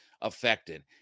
affected